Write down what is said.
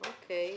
אוקי.